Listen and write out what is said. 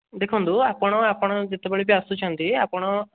ଦେଖନ୍ତୁ ଆପଣ ଆପଣ ଯେତେବେଳେ ବି ଆସୁଛନ୍ତି ଆପଣ